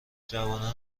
جوانان